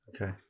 Okay